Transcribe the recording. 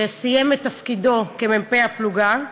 סיים את תפקידו כמ"פ הפלוגה,